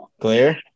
Clear